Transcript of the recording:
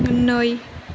नै